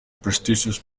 prestigious